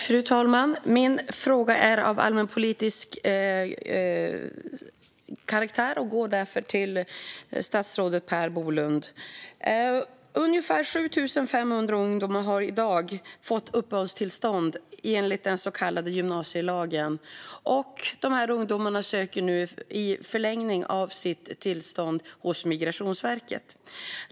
Fru talman! Min fråga är av allmänpolitisk karaktär och går därför till statsrådet Per Bolund. Ungefär 7 500 ungdomar har i dag fått uppehållstillstånd enligt den så kallade gymnasielagen. De här ungdomarna söker nu förlängning av sina tillstånd hos Migrationsverket.